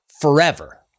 forever